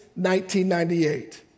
1998